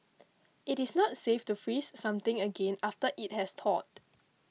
it is not safe to freeze something again after it has thawed